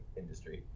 industry